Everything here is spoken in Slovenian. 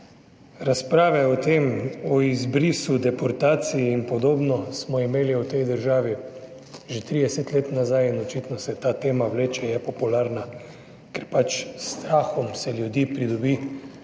Razprave o tem, o izbrisu, deportaciji in podobno, smo imeli v tej državi že 30 let nazaj in očitno se ta tema vleče, je popularna, ker pač s strahom se ljudi pridobi na